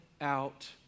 out